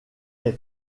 est